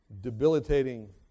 Debilitating